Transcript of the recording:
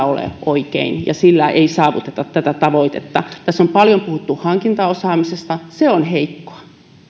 ole oikein ja sillä ei saavuteta tätä tavoitetta tässä on paljon puhuttu hankintaosaamisesta se on heikkoa